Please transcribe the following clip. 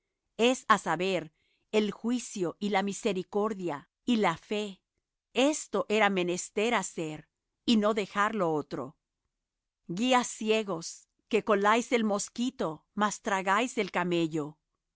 es á saber el juicio y la misericordia y la fe esto era menester hacer y no dejar lo otro guías ciegos que coláis el mosquito mas tragáis el camello